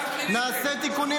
נפעל ביחד לתקן.